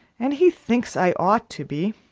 and he thinks i ought to be.